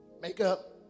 Makeup